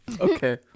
Okay